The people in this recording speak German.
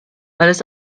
alles